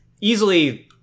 easily